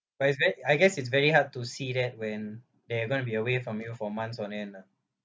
but is that I guess it's very hard to see that when they are gonna be away from you for months on end lah